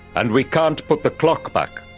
and we can't put the clock back,